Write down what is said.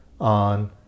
on